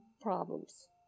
problems